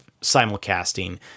simulcasting